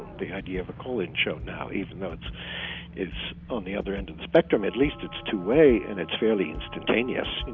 the idea of a call-in show now, even though it's it's on the other end of the spectrum, at least it's two-way and it's instantaneous. you